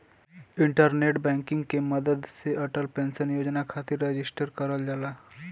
internet banking के मदद से अटल पेंशन योजना खातिर रजिस्टर करल जाला